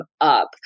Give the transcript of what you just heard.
up